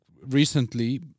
recently